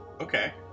Okay